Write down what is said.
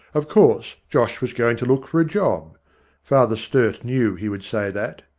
of course, josh was going to look for a job father sturt knew he would say that.